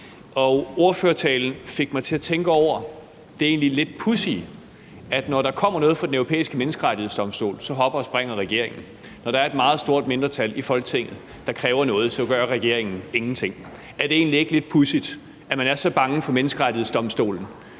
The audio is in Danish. Ordførertalen fik mig til at tænke over det egentlig lidt pudsige, at når der kommer noget fra Den Europæiske Menneskerettighedsdomstol, hopper og springer regeringen, men når der er et meget stort mindretal i Folketinget, der kræver noget, så gør regeringen ingenting. Er det egentlig ikke lidt pudsigt, at man er så bange for Menneskerettighedsdomstolen,